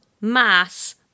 mass